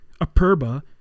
Aperba